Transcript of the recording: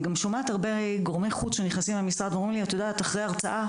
אני גם שומעת הרבה גורמי חוץ שנכנסים למשרד ואומרים לי אחרי הרצאה,